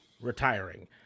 retiring